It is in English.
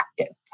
active